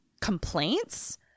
complaints